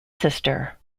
sister